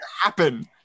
happen